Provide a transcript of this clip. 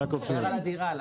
יעקב שנרב.